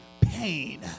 pain